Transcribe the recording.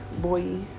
boy